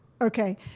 Okay